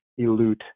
elute